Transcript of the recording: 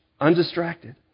Undistracted